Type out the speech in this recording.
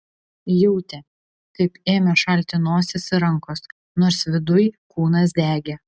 jautė kaip ėmė šalti nosis ir rankos nors viduj kūnas degė